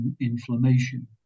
inflammation